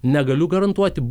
negaliu garantuoti